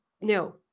no